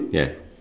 ya